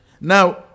Now